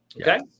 Okay